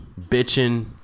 bitching